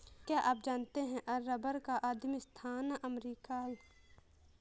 क्या आप जानते है रबर का आदिमस्थान अमरीका है?